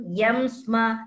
Yamsma